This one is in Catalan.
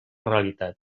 realitat